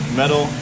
metal